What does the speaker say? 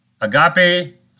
agape